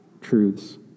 truths